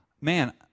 Man